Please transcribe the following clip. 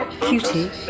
Cutie